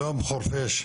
שלום חורפיש.